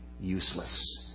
useless